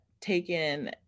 taken